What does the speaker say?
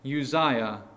Uzziah